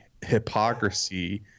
hypocrisy